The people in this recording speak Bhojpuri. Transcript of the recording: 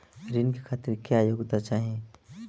ऋण के खातिर क्या योग्यता चाहीं?